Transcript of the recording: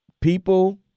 People